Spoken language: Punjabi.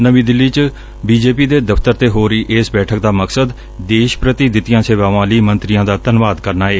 ਨਵੀਂ ਦਿੱਲੀ ਚ ਬੀਜੇਪੀ ਦੇ ਦਫ਼ਤਰ ਤੇ ਹੋ ਰਹੀ ਇਸ ਬੈਠਕ ਦਾ ਮਕਸਦ ਦੇਸ਼ ਪ੍ਤੀ ਦਿੱਤੀਆਂ ਸੇਵਾਵਾਂ ਲਈ ਮੰਤਰੀਆਂ ਦਾ ਧੰਨਵਾਦ ਕਰਨਾ ਏ